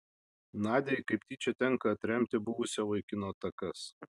nadiai kaip tyčia tenka atremti buvusio vaikino atakas